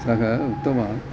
सः उत्तमः